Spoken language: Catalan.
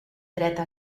dreta